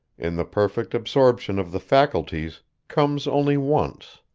in the perfect absorption of the faculties comes only once